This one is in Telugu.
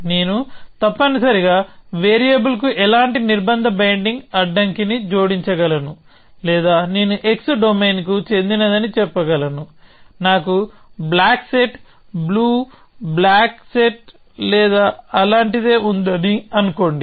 నేను తప్పనిసరిగా వేరియబుల్కు ఎలాంటి నిర్బంధ బైండింగ్ అడ్డంకిని జోడించగలను లేదా నేను x డొమైన్కు చెందినదని చెప్పగలను నాకు block set blue block set లేదా అలాంటిదే ఉందని అనుకోండి